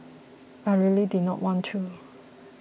I really did not want to